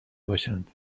باشند